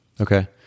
Okay